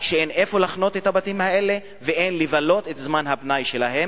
שאין איפה להחנות בבתים האלה ואין איפה לבלות את זמן הפנאי שלהם.